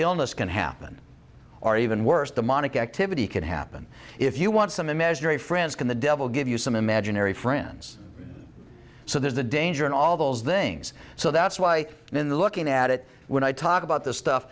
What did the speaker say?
illness can happen or even worse demonic activity could happen if you want some imaginary friends can the devil give you some imaginary friends so there's a danger in all those things so that's why in the looking at it when i talk about this stuff